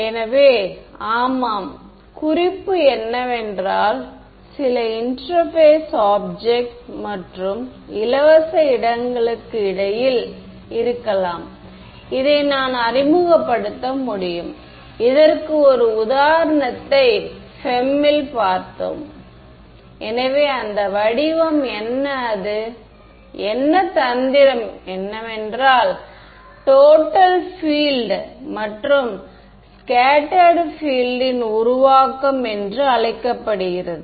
எனவே நாங்கள் விவாதித்த PML மற்றும் அதை நான் எவ்வாறு செயல்படுத்துவேன் என்பதில் இருந்து அது சுயாதீனமாக உள்ளது